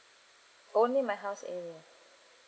only in my house area